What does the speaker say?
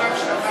לקח להם שנתיים.